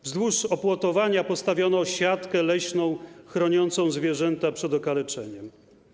Wzdłuż opłotowania postawiono siatkę leśną chroniącą zwierzęta przed okaleczeniem.